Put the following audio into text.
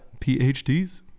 PhDs